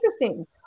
interesting